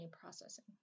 processing